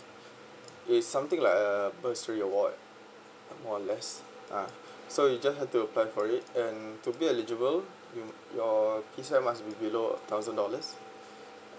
it's something like a bursary award more or less uh so you just have to apply for it and to be eligible you your PCI must be below a thousand dollars